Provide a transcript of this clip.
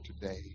today